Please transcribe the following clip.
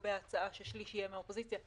לגבי ההצעה ששליש יהיה מהאופוזיציה,